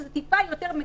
שזה טיפה יותר מקל.